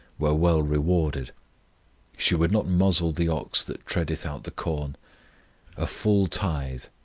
were well rewarded she would not muzzle the ox that treadeth out the corn a full tithe,